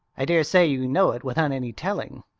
i daresay you know it without any telling,